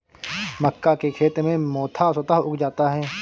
मक्का के खेत में मोथा स्वतः उग जाता है